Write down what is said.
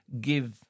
give